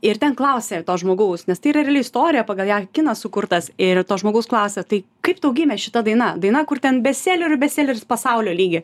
ir ten klausė to žmogaus nes tai reali istorija pagal ją kinas sukurtas ir to žmogaus klasė tai kaip tau gimė šita daina daina kur ten bestselerių bestseleris pasaulio lygio